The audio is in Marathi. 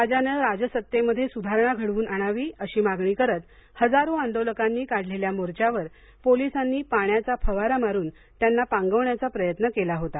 राजाने राजसत्तेमध्ये सुधारणा घडवून आणावी अशी मागणी करत हजारो आंदोलकांनी काढलेल्या मोर्चावर पोलिसांनी पाण्याचा फवारा मारून त्यांना पांगवण्याचा प्रयत्न केला होता